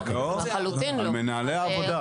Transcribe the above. על מנהלי העבודה.